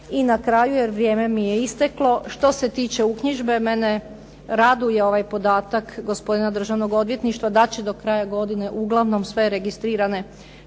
I na kraju, jer vrijeme mi je isteklo, što se tiče uknjižbe mene raduje ovaj podatak gospodina državnog odvjetništva da će do kraja godine uglavnom sve registrirane